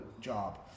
job